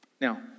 Now